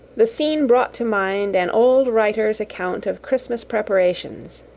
the scene brought to mind an old writer's account of christmas preparations